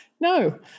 No